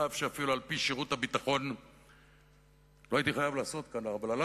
אפילו שעל-פי שירות הביטחון לא הייתי חייב לעשות.